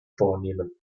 vornehmen